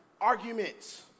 arguments